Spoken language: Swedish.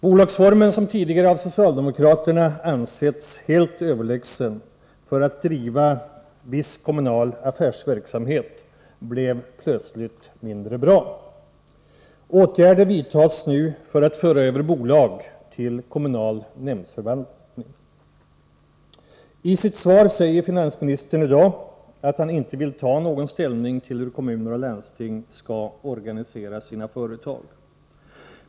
Bolagsformen, som tidigare av socialdemokraterna ansetts helt överlägsen för att driva viss kommunal affärsverksamhet, blev plötsligt mindre bra. Åtgärder vidtas nu för att föra över bolag till kommunalnämndsförvaltning. I sitt svar säger finansministern i dag att han inte vill ta ställning till hur kommuner och landsting skall organisera sina företag.